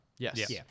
Yes